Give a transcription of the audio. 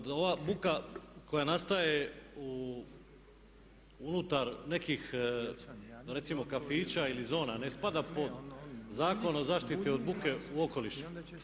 Da ova buka koja nastaje u unutar nekih kafića ili zona, ne spada pod Zakon o zaštiti od buke u okolišu.